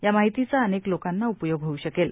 या माहितीचा अनेक लोकांना उपयोग होऊ शकेल